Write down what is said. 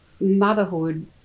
motherhood